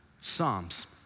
Psalms